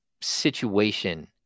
situation